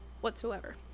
whatsoever